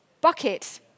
Bucket